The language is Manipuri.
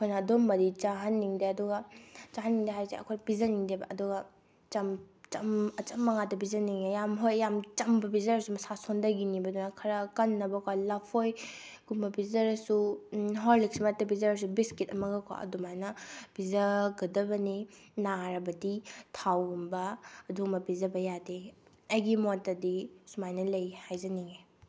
ꯑꯩꯈꯣꯏꯅ ꯑꯗꯨꯝꯕꯗꯤ ꯆꯥꯍꯟꯅꯤꯡꯗꯦ ꯑꯗꯨꯒ ꯆꯥꯍꯟꯅꯤꯡꯗꯦ ꯍꯥꯏꯁꯦ ꯑꯩꯈꯣꯏ ꯄꯤꯖꯅꯤꯡꯗꯦꯕ ꯑꯗꯨꯒ ꯑꯆꯝꯕ ꯉꯥꯛꯇ ꯄꯤꯖꯅꯤꯡꯉꯦ ꯌꯥꯝ ꯍꯣꯏ ꯌꯥꯝ ꯆꯝꯕ ꯄꯤꯖꯔꯁꯨ ꯃꯁꯥ ꯁꯣꯟꯗꯈꯤꯅꯤꯕ ꯑꯗꯨꯅ ꯈꯔ ꯀꯟꯅꯕꯀꯣ ꯂꯐꯣꯏꯒꯨꯝꯕ ꯄꯤꯖꯔꯁꯨ ꯍꯣꯔꯂꯤꯛꯁꯃꯛꯇ ꯄꯤꯖꯔꯁꯨ ꯕꯤꯁꯀꯤꯠ ꯑꯃꯒꯀꯣ ꯑꯗꯨꯃꯥꯏꯅ ꯄꯤꯖꯒꯗꯕꯅꯤ ꯅꯥꯔꯕꯗꯤ ꯊꯥꯎꯒꯨꯝꯕ ꯑꯗꯨꯝꯕ ꯄꯤꯖꯕ ꯌꯥꯗꯦ ꯑꯩꯒꯤ ꯃꯣꯠꯇꯗꯤ ꯁꯨꯃꯥꯏꯅ ꯂꯩ ꯍꯥꯏꯖꯅꯤꯡꯏ